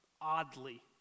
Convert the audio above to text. oddly